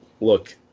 look